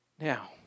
Now